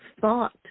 thought